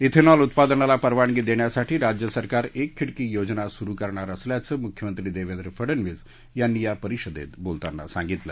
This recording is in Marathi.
श्वितील उत्पादनाला परवानगी दष्ट्रासाठी राज्यसरकार एक खिडकी योजना सुरु करणार असल्याचं मुख्यमंत्री दर्षेद्व फडणवीस यांनी या परिषदत्तीबोलताना सांगितलं